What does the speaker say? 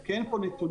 כי אין פה נתונים.